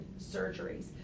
surgeries